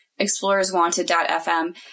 ExplorersWanted.fm